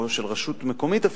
או של רשות לאומית,